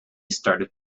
started